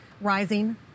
rising